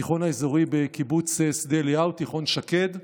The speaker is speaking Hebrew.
התיכון האזורי בקיבוץ שדה אליהו, תיכון שקד,